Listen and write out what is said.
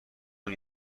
اون